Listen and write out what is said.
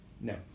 No